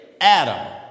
Adam